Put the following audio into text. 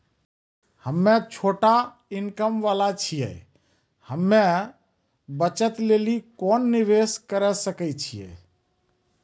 हम्मय छोटा इनकम वाला छियै, हम्मय बचत लेली कोंन निवेश करें सकय छियै?